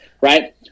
right